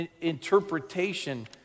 interpretation